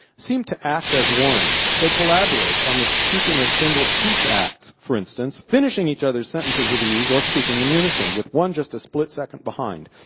seem to act as one. they collaborate on the speaking of single speech acts, for instance, finishing each other's sentences with ease, or speaking in unison, with one just a split second behind.